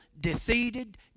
defeated